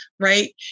Right